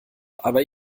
aber